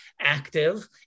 active